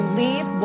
leave